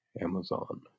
Amazon